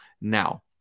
now